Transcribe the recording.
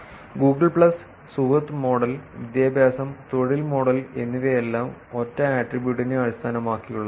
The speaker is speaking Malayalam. ഗൂഗിൾ പ്ലസ് സുഹൃത്ത് മോഡൽ വിദ്യാഭ്യാസം തൊഴിൽ മോഡൽ എന്നിവയെല്ലാം ഒറ്റ ആട്രിബ്യൂട്ടിനെ അടിസ്ഥാനമാക്കിയുള്ളതാണ്